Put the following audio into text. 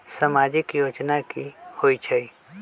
समाजिक योजना की होई छई?